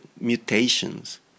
mutations